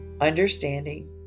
understanding